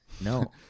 no